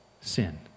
sin